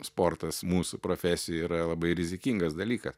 sportas mūsų profesijoj yra labai rizikingas dalykas